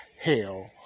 hell